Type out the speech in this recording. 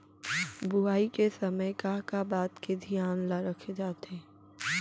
बुआई के समय का का बात के धियान ल रखे जाथे?